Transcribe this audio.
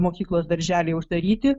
mokyklos darželiai uždaryti